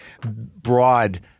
broad